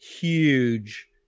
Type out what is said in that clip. huge